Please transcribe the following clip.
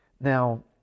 Now